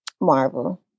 Marvel